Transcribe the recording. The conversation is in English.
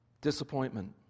Disappointment